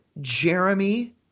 jeremy